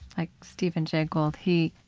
like steven j. gould, he, ah,